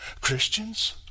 Christians